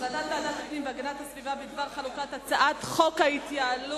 החלטת ועדת הפנים והגנת הסביבה בדבר חלוקת הצעת חוק ההתייעלות